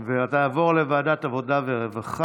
ראשונה ותועבר להמשך חקיקה בוועדת העבודה והרווחה.